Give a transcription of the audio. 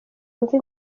wumve